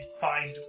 find